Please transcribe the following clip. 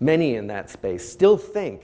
many in that space still think